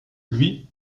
lui